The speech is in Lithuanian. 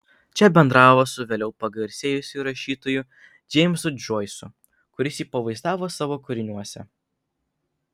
čia bendravo su vėliau pagarsėjusiu rašytoju džeimsu džoisu kuris jį pavaizdavo savo kūriniuose